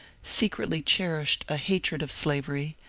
secretly cherished a hatred of slavery,